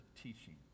teaching